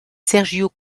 sergio